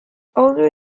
older